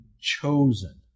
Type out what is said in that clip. chosen